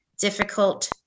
difficult